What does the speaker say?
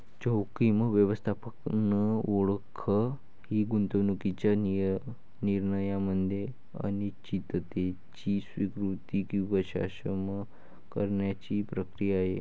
जोखीम व्यवस्थापन ओळख ही गुंतवणूकीच्या निर्णयामध्ये अनिश्चिततेची स्वीकृती किंवा शमन करण्याची प्रक्रिया आहे